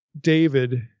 David